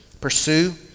pursue